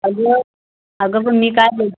अगं अगं पण मी काय बोलते